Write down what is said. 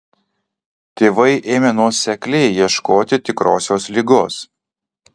tėvai ėmė nuosekliai ieškoti tikrosios ligos